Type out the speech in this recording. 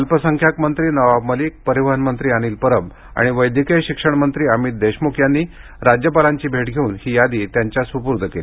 अल्पसंख्याक मंत्री नवाब मलिक परिवहन मंत्री अनिल परब आणि वैद्यकीय शिक्षण मंत्री अमित देशमुख यांनी राज्यपालांची भेट घेऊन ही यादी त्यांच्या सुपूर्द केली